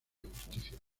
justicia